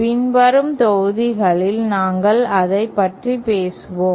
பின்வரும் தொகுதிகளில் நாங்கள் அதை பற்றி பேசுவோம்